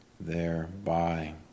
thereby